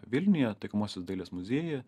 vilniuje taikomosios dailės muziejuje